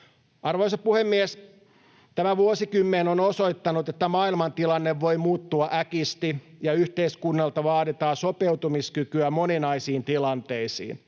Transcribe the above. Arvoisa puhemies! Tämä vuosikymmen on osoittanut, että maailman tilanne voi muuttua äkisti ja yhteiskunnalta vaaditaan sopeutumiskykyä moninaisiin tilanteisiin.